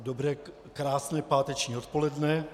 Dobré, krásné páteční odpoledne.